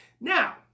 Now